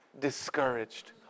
discouraged